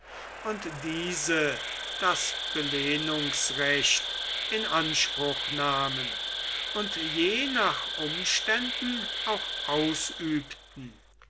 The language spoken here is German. und diese das belehnungsrecht in anspruch nahmen und je nach umständen auch ausübten